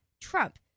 Trump